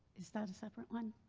is that a separate line?